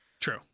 True